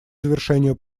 завершению